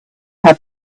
had